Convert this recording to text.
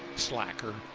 slacker.